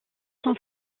sont